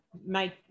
make